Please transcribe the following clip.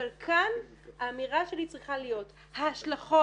אבל כאן האמירה שלי צריכה להיות: ההשלכות